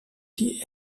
die